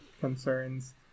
concerns